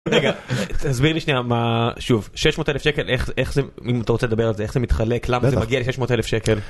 רגע, תסביר לי שניה מה... שוב, 600,000 שקל, אם אתה רוצה לדבר על זה, איך זה מתחלק, למה זה מגיע ל 600,000 שקל.